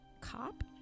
cop